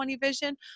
vision